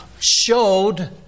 Showed